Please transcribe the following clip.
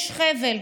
יש חבל,